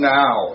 now